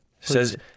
says